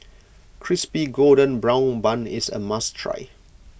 Crispy Golden Brown Bun is a must try